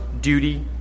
duty